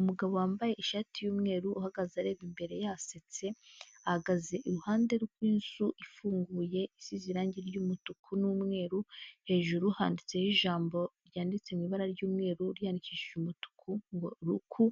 Umugabo wambaye ishati y'umweru uhagaze areba imbere yasetse, ahagaze iruhande rw'inzu ifunguye isize irangi ry'umutuku n'umweru, hejuru handitseho ijambo ryanditse mu ibara ry'umweru ryandikishije umutuku ngo ruku,